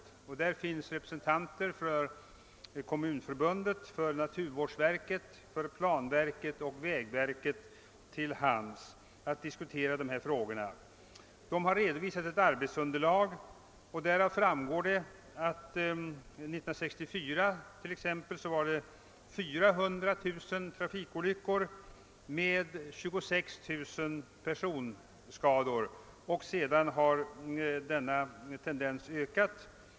I denna samrådsgrupp finns re presentanter för Kommunförbundet, naturvårdsverket, planverket och vägverket. Det har redovisats ett arbetsunderlag varav framgår att det under exempelvis år 1964 inträffade 400 000 trafikolyckor med 26 000 personskador. Senare har trafikolycksfallsfrekvensen ökat.